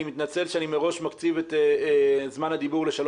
אני מתנצל שאני מראש מקציב את זמן הדיבור לשלוש